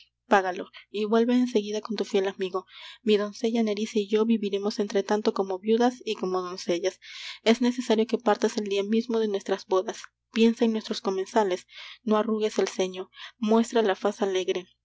págalo y vuelve enseguida con tu fiel amigo mi doncella nerissa y yo viviremos entretanto como viudas y como doncellas es necesario que partas el dia mismo de nuestras bodas piensa en nuestros comensales no arrugues el ceño muestra la faz alegre